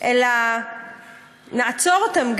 אלא נעצור אותן,